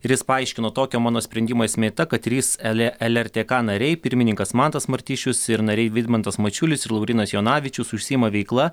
ir jis paaiškino tokio mano sprendimo esmė ta kad trys elė el er tė ka nariai pirmininkas mantas martišius ir nariai vidmantas mačiulis ir laurynas jonavičius užsiima veikla